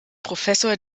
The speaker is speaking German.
professor